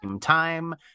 time